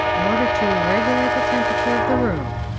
in order to regulate the temperature of the room.